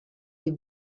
des